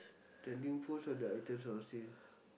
trending post or the item on sale